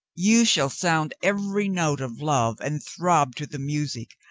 you shall sound every note of love, and throb to the music.